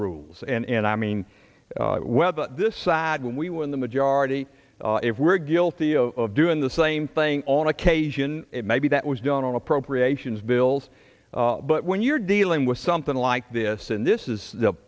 rules and i mean whether this side when we win the majority if we're guilty of doing the same thing on occasion it may be that was done on appropriations bills but when you're dealing with something like this and this is the